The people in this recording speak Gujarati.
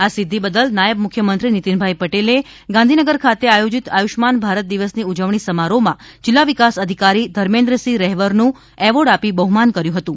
આ સિદ્ધિ બદલ નાયબ મુખ્યમંત્રી નિતિનભાઇ પટેલે ગાંધીનગર ખાતે આયોજીત આયુષ્માન ભારત દિવસ ઉજવણી સમારોહમાં જિલ્લા વિકાસ અધિકારી ધર્મેન્દ્રસિંહ રહેવરે એવોર્ડ આપી બહ્માન કર્યુ હતું